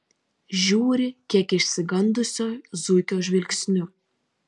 žiūri kiek išsigandusio zuikio žvilgsniu